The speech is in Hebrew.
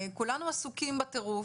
כולנו עסוקים בטירוף,